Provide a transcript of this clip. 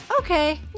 okay